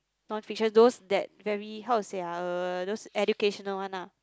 non fiction those that very how to say ah uh those educational one lah